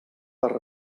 per